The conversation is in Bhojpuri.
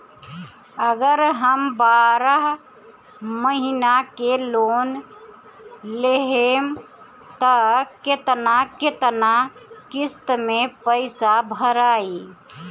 अगर हम बारह महिना के लोन लेहेम त केतना केतना किस्त मे पैसा भराई?